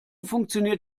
funktioniert